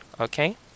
okay